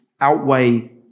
outweigh